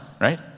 right